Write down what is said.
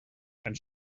and